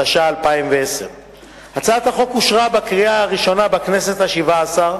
התש"ע 2010. הצעת החוק אושרה בקריאה הראשונה בכנסת השבע-עשרה,